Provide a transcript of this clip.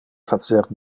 facer